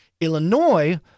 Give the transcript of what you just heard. Illinois